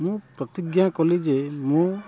ମୁଁ ପ୍ରତିଜ୍ଞା କଲି ଯେ ମୁଁ